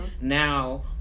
now